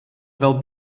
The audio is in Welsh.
fel